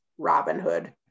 Robinhood